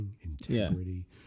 integrity